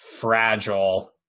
fragile